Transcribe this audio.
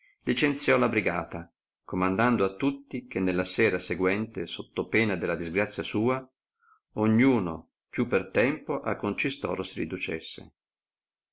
licenziò la brigata comandando a tutti che nella sera seguente sotto pena della disgrazia sua ognuno più per tempo al concistorio si riducesse